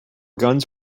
guns